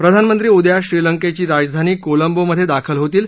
प्रधानमंत्री उद्या श्रीलंकेची राजधानी कोलंबोमध्ये दाखल होतील